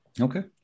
Okay